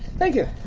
thank you.